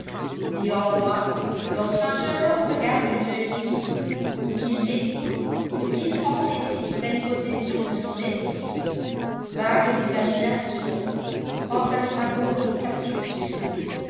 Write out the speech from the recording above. néanmoins lorsqu'un jeune homme regarde une jeune fille ou qu'il l'écoute mille fantaisies prennent possession de son esprit vagues imaginations fantasmagories capricieuses